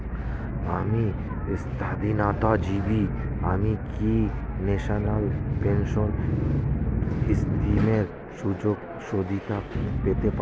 আমি স্বাধীনজীবী আমি কি ন্যাশনাল পেনশন স্কিমের সুযোগ সুবিধা পেতে পারি?